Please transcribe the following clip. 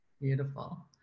Beautiful